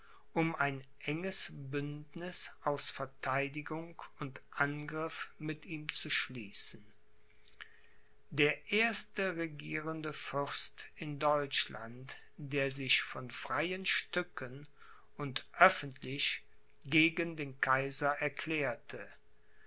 um ein enges bündniß aus verteidigung und angriff mit ihm zu schließen der erste regierende fürst in deutschland der sich von freien stücken und öffentlich gegen den kaiser erklärte